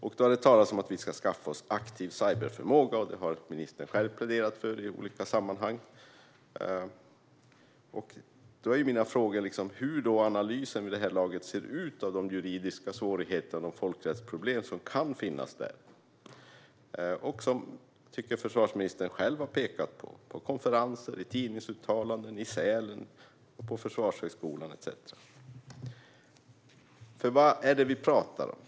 Det har talats om att skaffa sig aktiv cyberförmåga. Det har ministern själv pläderat för i olika sammanhang. Hur ser då analysen ut vid det här laget av de juridiska svårigheter och folkrättsproblem som kan finnas? Försvarsministern har själv pekat på dessa frågor på konferenser, i tidningsuttalanden, i Sälen och på Försvarshögskolan etcetera. Vad är det vi pratar om?